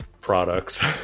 products